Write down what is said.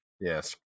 Yes